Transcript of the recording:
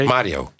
Mario